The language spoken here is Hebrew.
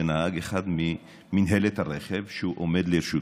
ונהג אחד ממינהלת הרכב שעומד לרשותו.